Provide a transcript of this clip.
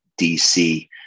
DC